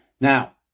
Now